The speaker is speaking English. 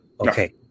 Okay